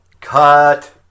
Cut